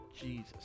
Jesus